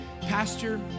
Pastor